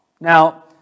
Now